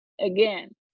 Again